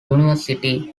university